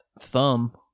thumb